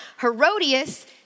Herodias